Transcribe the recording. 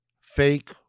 fake